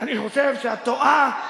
אני חושב שאת טועה,